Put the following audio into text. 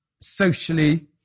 socially